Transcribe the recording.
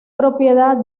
propiedad